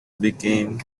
began